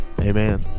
Amen